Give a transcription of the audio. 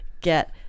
get